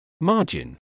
Margin